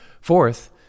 Fourth